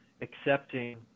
accepting